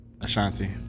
Ashanti